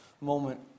moment